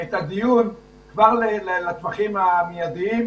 את הדיון לטווחים המידיים,